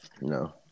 No